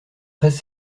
treize